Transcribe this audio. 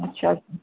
अच्छा